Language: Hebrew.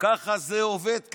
ככה זה עובד כאן,